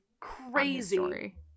Crazy